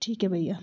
ठीक है भैया